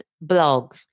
blog